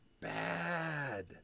bad